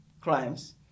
crimes